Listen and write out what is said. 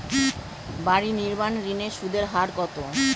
বাড়ি নির্মাণ ঋণের সুদের হার কত?